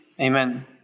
amen